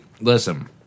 listen